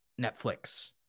Netflix